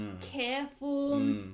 careful